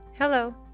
Hello